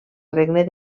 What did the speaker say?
regne